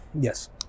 Yes